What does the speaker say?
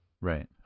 Right